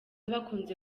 bakunze